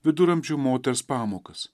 viduramžių moters pamokas